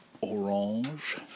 orange